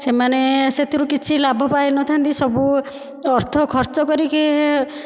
ସେମାନେ ସେଥୁରୁ କିଛି ଲାଭ ପାଇନଥାନ୍ତି ସବୁ ଅର୍ଥ ଖର୍ଚ୍ଚ କରିକି